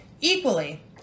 equally